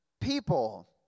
people